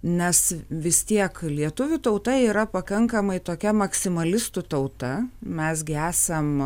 nes vis tiek lietuvių tauta yra pakankamai tokia maksimalistų tauta mes gi esam